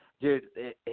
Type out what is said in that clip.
dude